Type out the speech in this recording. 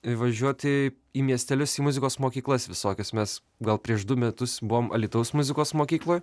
įvažiuoti į miestelius į muzikos mokyklas visokias mes gal prieš du metus buvom alytaus muzikos mokykloj